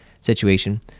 situation